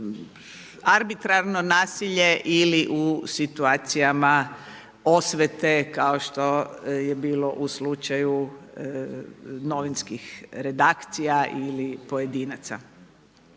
arbitrarno nasilje ili u situacijama osvete kao što je bilo u slučaju novinskih redakcija ili pojedinaca.